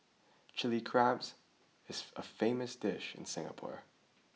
Chilli Crab is a famous dish in Singapore